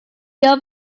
your